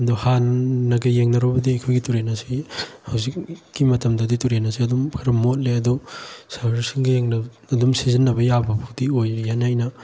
ꯑꯗꯣ ꯍꯥꯟꯅꯒ ꯌꯦꯡꯅꯔꯨꯕꯗꯤ ꯑꯩꯈꯣꯏꯒꯤ ꯇꯨꯔꯦꯟ ꯑꯁꯤ ꯍꯧꯖꯤꯛꯀꯤ ꯃꯇꯝꯗꯗꯤ ꯇꯨꯔꯦꯟ ꯑꯁꯤ ꯑꯗꯨꯝ ꯈꯔ ꯃꯣꯠꯂꯦ ꯑꯗꯣ ꯁꯍꯔꯁꯤꯡꯒ ꯌꯦꯡꯅꯕꯗ ꯑꯗꯨꯝ ꯁꯤꯖꯤꯟꯅꯕ ꯌꯥꯕꯐꯥꯎꯗꯤ ꯑꯣꯏꯔꯤ ꯍꯥꯏꯅ ꯑꯩꯅ